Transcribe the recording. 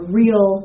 real